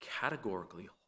categorically